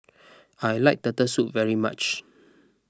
I like Turtle Soup very much